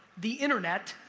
the internet,